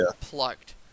plucked